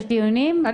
יש דיונים,